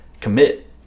commit